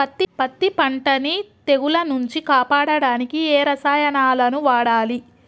పత్తి పంటని తెగుల నుంచి కాపాడడానికి ఏ రసాయనాలను వాడాలి?